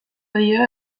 dio